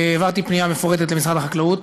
העברתי פנייה מפורטת למשרד החקלאות,